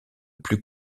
plus